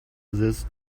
this